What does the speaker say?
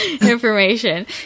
information